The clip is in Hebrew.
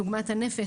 עוגמת הנפש,